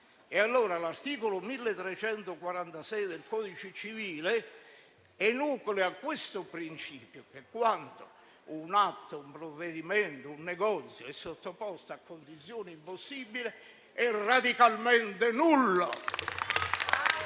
L'articolo 1346 del codice civile enuclea il principio che, quando un atto, un provvedimento, un negozio è sottoposto a condizioni impossibili, è radicalmente nullo.